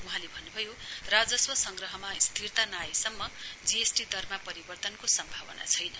वहाँले भन्न्भयो राजस्व संग्रहमा स्थिरता नआए सम्म जीएसटी दरमा परिवर्तनको सम्भवना छैन